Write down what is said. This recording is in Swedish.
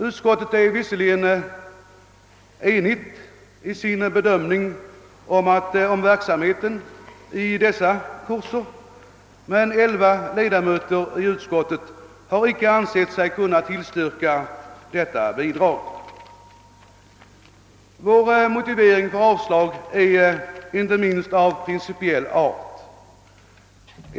Utskottet är visserligen enigt i sin bedömning av verksamheten i dessa kurser, men elva ledamöter av utskottet har inte ansett sig kunna tillstyrka bidraget. Jag tillhör denna grupp och vill framhålla att vår motivering för avslag inte minst är av principiell art.